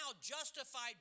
justified